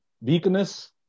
Weakness